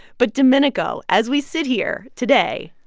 but domenico, as we sit here today,